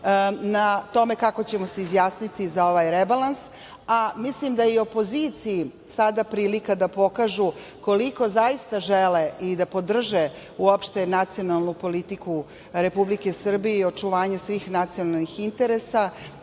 o tome kako ćemo se izjasniti za ovaj rebalans, a mislim da je i opoziciji sada prilika da pokaže koliko zaista želi da podrži nacionalnu politiku Republike Srbije i očuvanje svih nacionalnih interesa. Ono